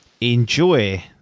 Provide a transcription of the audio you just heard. enjoy